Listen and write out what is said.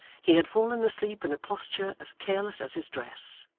he had fallen asleep in a posture as careless as his dress.